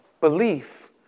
belief